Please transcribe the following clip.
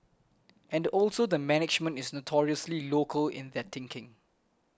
and also the management is notoriously local in their thinking